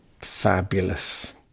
Fabulous